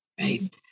right